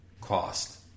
cost